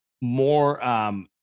more